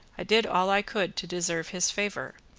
i did all i could to deserve his favour,